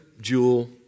jewel